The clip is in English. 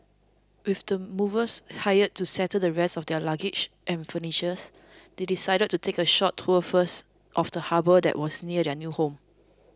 with the movers hired to settle the rest of their luggage and furnitures they decided to take a short tour first of the harbour that was near their new home